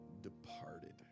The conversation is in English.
departed